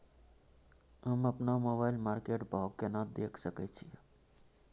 हम अपन मोबाइल पर मार्केट भाव केना देख सकै छिये?